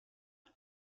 are